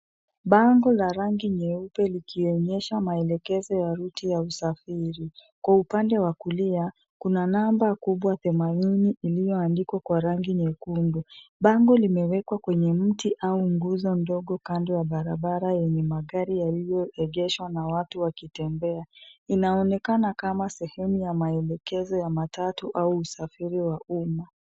Bango la rangi nyeupe likionyesha maelekezo ya ruti ya usafiri. Kwa upande wa kulia, kuna namba kubwa themanini iliyoandikwa kwa rangi nyekundu. Bango limewekwa kwenye mti au nguzo ndogo kando ya barabara yenye magari yaliyoegeshwa na watu wakitembea. Inaonekana kama sehemu ya maelekezo ya matatu au usafiri wa uma.